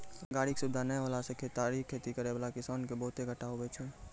गाड़ी के सुविधा नै होला से केतारी खेती करै वाला किसान के बहुते घाटा हुवै छै